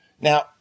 Now